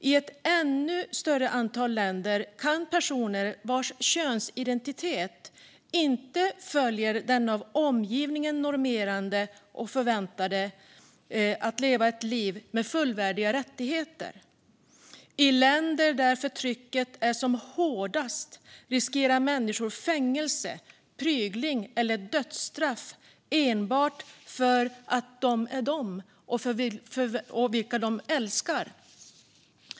I ett ännu större antal länder kan personer vars könsidentitet inte följer den av omgivningen normerade och förväntade inte leva ett liv med fullvärdiga rättigheter. I länder där förtrycket är som hårdast riskerar människor fängelse, prygling eller dödsstraff enbart för att de är de som de är och för att de älskar dem som de älskar.